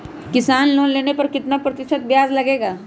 किसान लोन लेने पर कितना प्रतिशत ब्याज लगेगा?